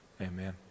Amen